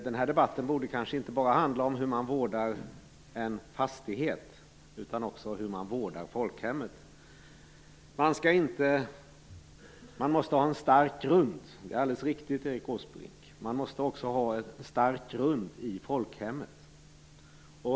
Den här debatten borde kanske inte bara handla om hur man vårdar en fastighet, utan också hur man vårdar folkhemmet. Man måste ha en stark grund, det är alldeles riktigt Erik Åsbrink. Man måste också ha en stark grund i folkhemmet.